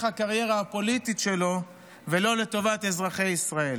הקריירה הפוליטית שלו ולא לטובת אזרחי ישראל?